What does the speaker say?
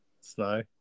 snow